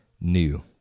new